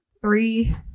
three